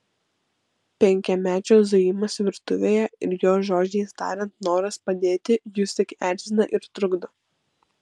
penkiamečio zujimas virtuvėje ir jo žodžiais tariant noras padėti jus tik erzina ir trukdo